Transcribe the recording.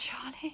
Charlie